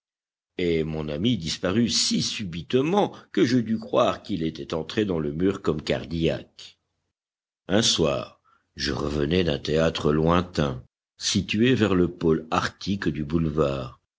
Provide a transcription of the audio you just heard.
et mon ami disparut si subitement que je dus croire qu'il était entré dans le mur comme cardillac un soir je revenais d'un théâtre lointain situé vers le pôle arctique du boulevard